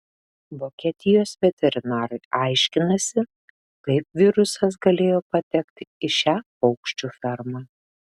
vokietijos veterinarai aiškinasi kaip virusas galėjo patekti į šią paukščių fermą